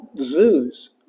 zoos